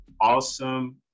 awesome